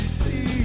see